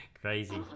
Crazy